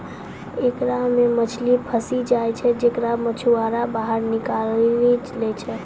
एकरा मे मछली फसी जाय छै जेकरा मछुआरा बाहर निकालि लै छै